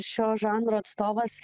šio žanro atstovas